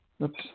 Oops